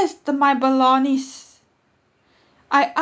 the my bolognese I